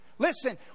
Listen